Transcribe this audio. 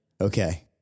okay